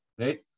right